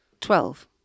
Twelve